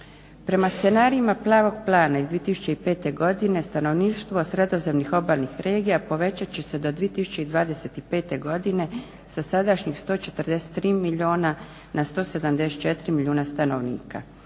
Prema scenarijima Plavog plana iz 2005. godine stanovništvo sredozemnih obalnih regija povećat će se do 2025. godine sa sadašnjih 143 milijuna na 174 milijuna stanovnika.